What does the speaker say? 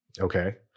Okay